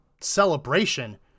celebration